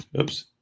Oops